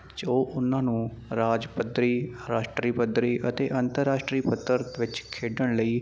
ਜੋ ਉਹਨਾਂ ਨੂੰ ਰਾਜ ਪੱਧਰੀ ਰਾਸ਼ਟਰੀ ਪੱਧਰੀ ਅਤੇ ਅੰਤਰਰਾਸ਼ਟਰੀ ਪੱਧਰ ਵਿੱਚ ਖੇਡਣ ਲਈ